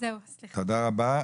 תודה רבה.